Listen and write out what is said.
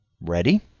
Ready